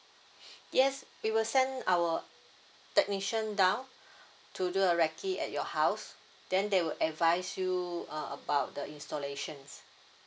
yes we will send our technician down to do a recce at your house then they will advise you uh about the installations